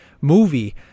movie